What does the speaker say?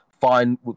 fine